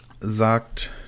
sagt